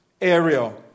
area